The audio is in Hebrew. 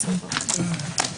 הישיבה ננעלה בשעה 14:25.